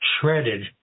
shredded